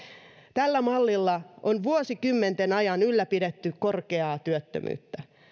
tällä mallilla on vuosikymmenten ajan ylläpidetty korkeaa työttömyyttä